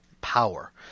power